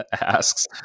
asks